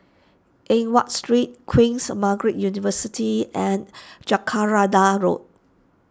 Eng Watt Street Queen Margaret University and Jacaranda Road